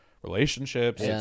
Relationships